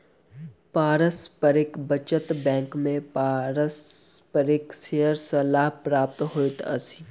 पारस्परिक बचत बैंक में पारस्परिक शेयर सॅ लाभ प्राप्त होइत अछि